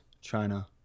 China